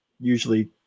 usually